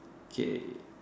K